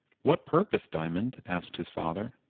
what purpose, diamond? asked his father.